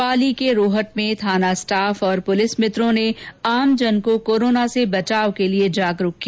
पाली के रोहट में थाना स्टाफ और पुलिस मित्रों ने आमजन को कोरोना से बचाव के लिए जागरूक किया